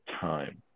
time